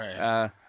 Right